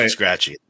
Scratchy